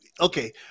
okay